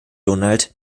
donald